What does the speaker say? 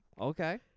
Okay